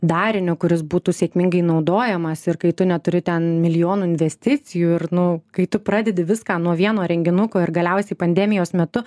dariniu kuris būtų sėkmingai naudojamas ir kai tu neturi ten milijonų investicijų ir nu kai tu pradedi viską nuo vieno renginuko ir galiausiai pandemijos metu